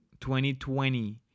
2020